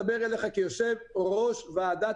אני ממש רוצה לדבר אליך כיושב ראש ועדת